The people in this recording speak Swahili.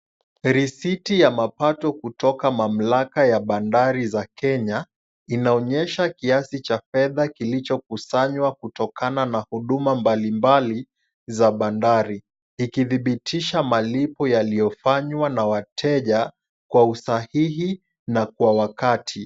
Risiti ya mapato kutoka mamlaka ya bandari za Kenya, inaonyesha kiasi cha fedha kilichokusanywa kutokana na huduma mbalimbali za bandari, ikidhibitisha malipo yaliyofanywa na wateja, kwa usahihi na kwa wakati.